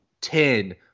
ten